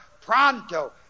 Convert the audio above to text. pronto